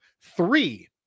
three